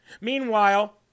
Meanwhile